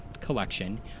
collection